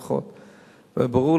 שכל הזמן צועק ובוכה,